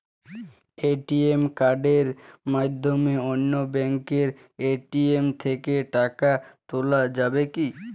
ATM কার্ডের মাধ্যমে অন্য ব্যাঙ্কের এ.টি.এম থেকে টাকা তোলা যাবে কি?